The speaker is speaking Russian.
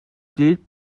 уделить